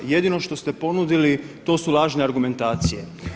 Jedino što ste ponudili to su lažne argumentacije.